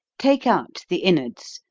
take out the inwards,